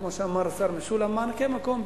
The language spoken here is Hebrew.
כמו שאמר השר משולם: מענקי מקום.